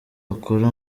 wakora